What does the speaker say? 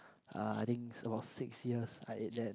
uh I think about six years I ate that